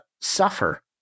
suffer